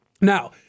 Now